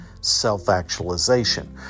self-actualization